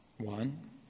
One